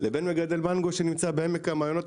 לבין מגדל מנגו שנמצא בעמק המעיינות,